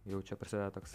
jau čia prasideda toks